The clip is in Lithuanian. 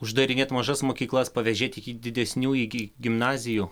uždarinėt mažas mokyklas pavėžėt iki didesnių iki gimnazijų